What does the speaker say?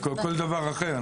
כל דבר אחר,